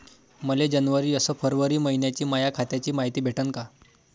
मले जनवरी अस फरवरी मइन्याची माया खात्याची मायती भेटन का?